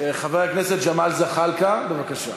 חבר הכנסת ג'מאל זחאלקה, בבקשה.